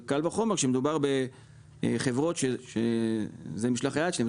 קל וחומר כאשר מדובר בחברות שזה משלח היד שלהן,